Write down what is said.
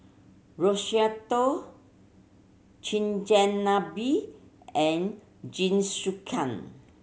Risotto Chigenabe and Jingisukan